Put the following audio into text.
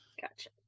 gotcha